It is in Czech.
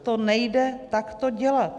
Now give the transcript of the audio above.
To nejde takto dělat.